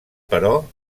però